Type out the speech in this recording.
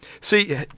See